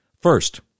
First